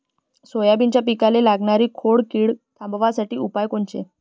सोयाबीनच्या पिकाले लागनारी खोड किड थांबवासाठी उपाय कोनचे?